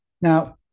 Now